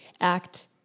act